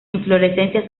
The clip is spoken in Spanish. inflorescencias